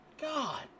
God